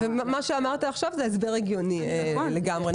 מה שאמרת עכשיו, זה הסבר הגיוני לגמרי.